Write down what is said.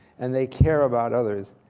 and they care about others.